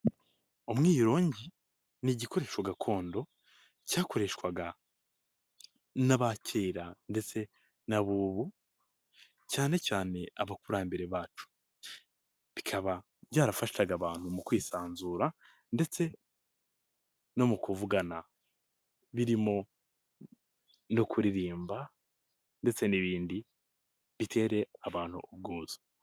Umwirongi ni igikoresho gakondo, cyakoreshwaga n'aba kera ndetse n'abubu, cyane cyane abakurambere bacu, bikaba byarafashaga abantu mu kwisanzura, ndetse no mu kuvugana birimo no kuririmba ndetse n'ibindi bitere abantu ubwuzu.